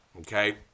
okay